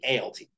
ALT